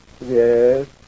yes